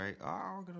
right